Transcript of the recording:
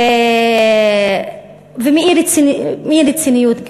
וגם מאי-רצינות.